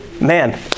Man